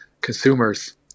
consumers